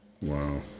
Wow